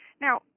Now